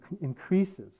increases